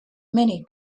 many